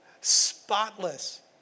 spotless